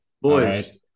Boys